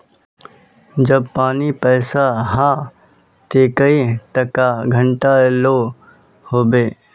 जब पानी पैसा हाँ ते कई टका घंटा लो होबे?